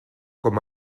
com